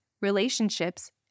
relationships